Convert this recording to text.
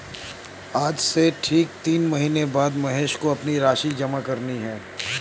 आज से ठीक तीन महीने बाद महेश को अपनी राशि जमा करनी है